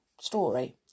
story